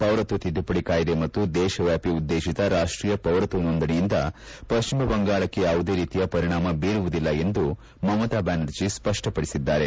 ಪೌರತ್ವ ತಿದ್ದುಪಡಿ ಕಾಯ್ದೆ ಮತ್ತು ದೇಶವ್ಯಾಪಿ ಉದ್ದೇಪಿತ ರಾಷ್ಟೀಯ ಪೌರತ್ವ ನೋಂದಣಿಯಿಂದ ಪಶ್ಚಿಮ ಬಂಗಾಳಕ್ಕೆ ಯಾವುದೇ ರೀತಿಯ ಪರಿಣಾಮ ಬೀರುವುದಿಲ್ಲ ಎಂದು ಮಮತಾ ಬ್ಯಾನರ್ಜಿ ಸ್ಪಷ್ಟಪಡಿಸಿದ್ದಾರೆ